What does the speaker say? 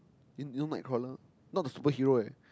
you you know Nightcrawler not the super hero eh